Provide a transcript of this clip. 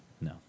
no